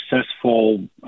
successful